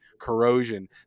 corrosion